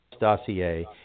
dossier